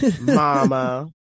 Mama